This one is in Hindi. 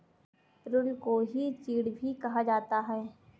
पिरुल को ही चीड़ भी कहा जाता है